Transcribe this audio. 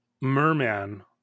merman